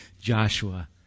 Joshua